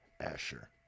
Asher